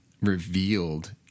revealed